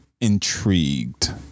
intrigued